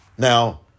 Now